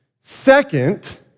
Second